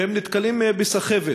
והם נתקלים בסחבת: